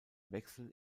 wechsel